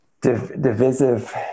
divisive